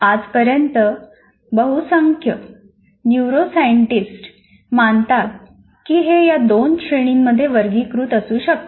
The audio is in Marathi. आजपर्यंत बहुसंख्य न्यूरोसाइंटिस्ट मानतात की हे या दोन श्रेणींमध्ये वर्गीकृत असू शकते